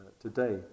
today